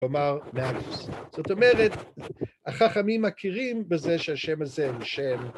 זאת אומרת, החכמים מכירים בזה שהשם הזה הוא שם...